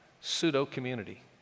pseudo-community